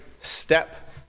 step